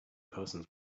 persons